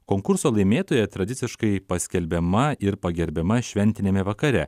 konkurso laimėtoja tradiciškai paskelbiama ir pagerbiama šventiniame vakare